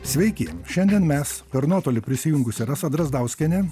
sveiki šiandien mes per nuotolį prisijungusi rasa drazdauskienė